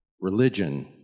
religion